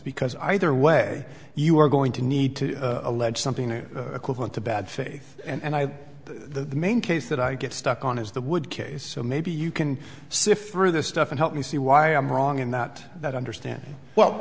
because either way you are going to need to allege something equivalent to bad faith and i the main case that i get stuck on is the wood case so maybe you can sift through this stuff and help me see why i'm wrong in that that i understand well